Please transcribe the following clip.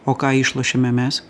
o ką išlošėme mes